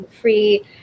free